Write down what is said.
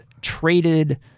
traded